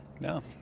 No